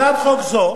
הצעת חוק זו